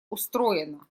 устроено